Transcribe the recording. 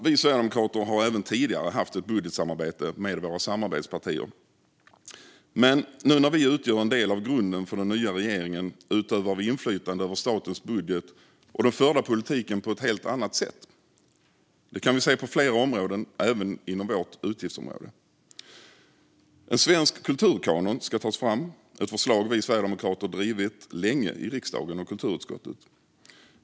Vi sverigedemokrater har även tidigare haft ett budgetsamarbete med våra samarbetspartier, men när vi nu utgör en del av grunden för den nya regeringen utövar vi inflytande över statens budget och den förda politiken på ett helt annat sätt. Det kan vi se på flera områden även inom detta utgiftsområde. En svensk kulturkanon ska tas fram, ett förslag vi sverigedemokrater drivit länge i riksdagen och kulturutskottet.